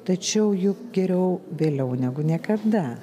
tačiau juk geriau vėliau negu niekada